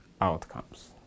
outcomes